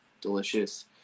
delicious